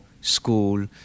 school